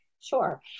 Sure